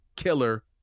killer